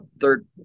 third